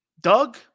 Doug